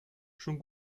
schon